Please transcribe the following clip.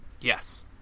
Yes